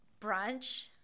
brunch